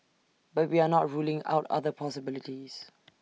but we are not ruling out other possibilities